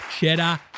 cheddar